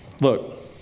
Look